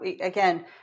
Again